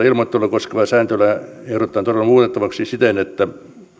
ilmoittelua koskevaa sääntelyä ehdotetaan todella muutettavaksi siten että